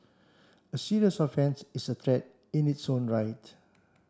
a serious offence is a threat in its own right